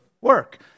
work